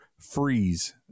freeze